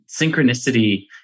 synchronicity